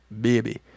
baby